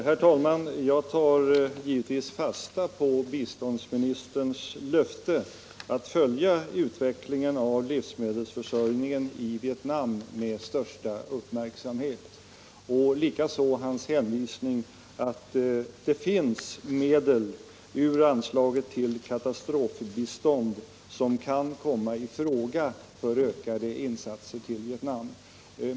Herr talman! Jag tar givetvis fasta på biståndsministerns löfte att följa utvecklingen av livsmedelsförsörjningen i Vietnam med största uppmärksamhet. Likaså tar jag fasta på hans hänvisning till att det finns medel i anslaget till katastrofbistånd som kan komma i fråga för ökade insatser till Vietnam.